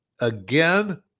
Again